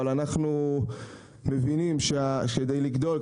אבל אנחנו מבינים שכדי לגדול,